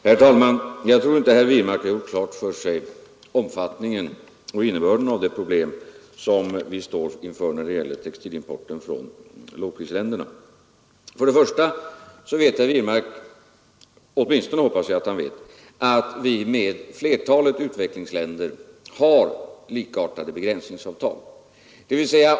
Herr talman! Jag tror inte att herr Wirmark har gjort klart för sig omfattningen och innebörden av det problem som vi står inför när det Jag hoppas att herr Wirmark vet att vi med flertalet utvecklingsländer har likartade begränsningsavtal.